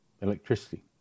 electricity